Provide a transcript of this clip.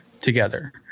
together